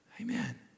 Amen